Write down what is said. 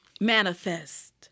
Manifest